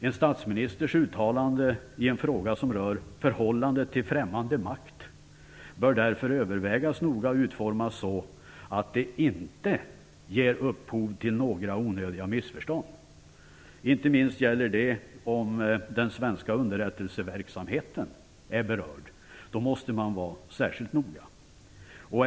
En statsministers uttalande i en fråga som rör förhållandet till främmande makt bör därför övervägas noga och utformas så, att det inte ger upphov till några onödiga missförstånd. Inte minst gäller det om den svenska underrättelseverksamheten är berörd. Då måste man vara särskilt noga.